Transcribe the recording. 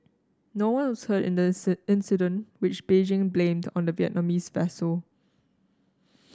no one was hurt in this incident which Beijing blamed on the Vietnamese vessel